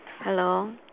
hello